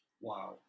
Wow